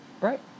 right